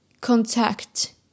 contact